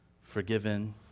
forgiven